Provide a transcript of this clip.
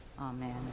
Amen